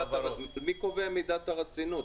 מי קובע את מידת הרצינות?